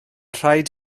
rhaid